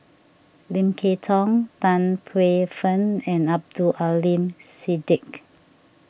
Lim Kay Tong Tan Paey Fern and Abdul Aleem Siddique